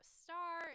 star